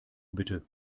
bitte